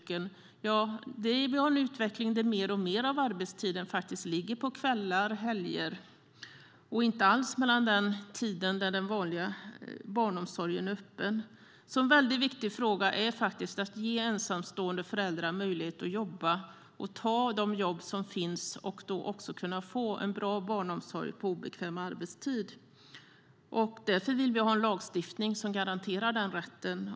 Vi har en utveckling där mer och mer av arbetstiden ligger på kvällar och helger och inte alls under den tid då den vanliga barnomsorgen är öppen. Det är viktigt att ge ensamstående föräldrar möjlighet att ta de jobb som finns och se till att de kan få barnomsorg på obekväm arbetstid. Därför vill vi ha en lagstiftning som garanterar denna rätt.